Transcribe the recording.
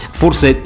forse